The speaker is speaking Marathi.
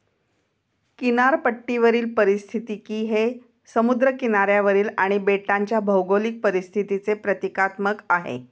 किनारपट्टीवरील पारिस्थितिकी हे समुद्र किनाऱ्यावरील आणि बेटांच्या भौगोलिक परिस्थितीचे प्रतीकात्मक आहे